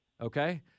Okay